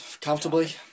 comfortably